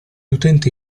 utenti